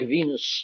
Venus